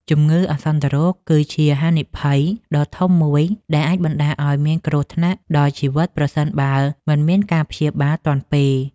ជំងឺអាសន្នរោគគឺជាហានិភ័យដ៏ធំមួយដែលអាចបណ្តាលឱ្យមានគ្រោះថ្នាក់ដល់ជីវិតប្រសិនបើមិនមានការព្យាបាលទាន់ពេល។